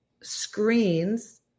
screens